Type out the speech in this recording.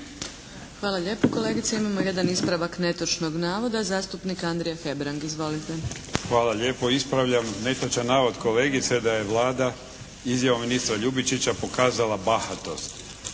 Hvala lijepo, kolegice. Imamo jedan ispravak netočnog navoda zastupnik Andrija Hebrang. Izvolite. **Hebrang, Andrija (HDZ)** Hvala lijepo. Ispravljam netočan navod kolegice da je Vlada izjavom ministra Ljubičića pokazala bahatost.